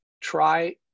try